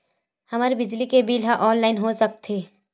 हमर बिजली के बिल ह ऑनलाइन हो सकत हे?